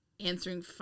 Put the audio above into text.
Answering